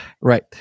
Right